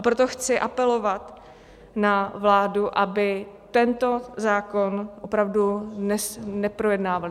Proto chci apelovat na vládu, abychom tento zákon opravdu dnes neprojednávali.